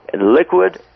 liquid